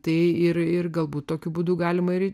tai ir ir galbūt tokiu būdu galima ir